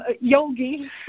yogi